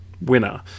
winner